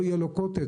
לא יהיה לו קוטג',